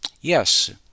Yes